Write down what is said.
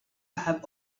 have